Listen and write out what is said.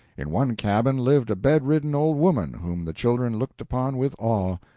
in one cabin lived a bedridden old woman whom the children looked upon with awe.